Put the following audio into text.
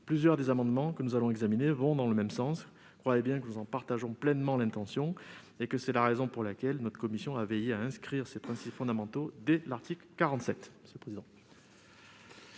Plusieurs des amendements que nous allons examiner vont dans le même sens. Croyez bien que nous en partageons pleinement l'intention. C'est la raison pour laquelle, j'y insiste, notre commission a veillé à inscrire ces principes fondamentaux dès l'article 47.